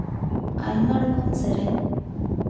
ᱟᱭᱢᱟ ᱨᱚᱠᱚᱢ ᱥᱮᱨᱮᱧ